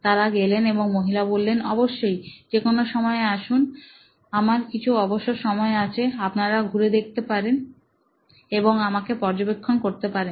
তারা গেলেন এবং মহিলা বললেন অবশ্যই যে কোনো সময় আসুন আমার কি হু অবসর সময় আছে আপনাকে ঘুরে দেখতে পারেন এবং আমাকে পর্যবেক্ষণ করতে পারেন